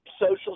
social